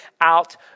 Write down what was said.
out